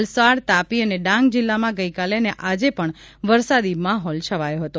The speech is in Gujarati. વલસાડ તાપી અને ડાંગ જિલ્લામાં ગઇકાલે અને આજે પણ વરસાદી માહોલ છવાયો હતો